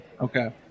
Okay